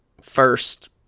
first